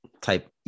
type